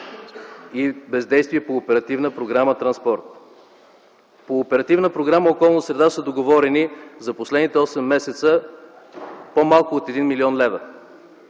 и бездействие по Оперативна програма „Транспорт”. По Оперативна програма „Околна среда” са договорени за последните осем месеца по-малко от 1 млн. лв.,